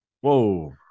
Whoa